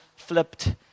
flipped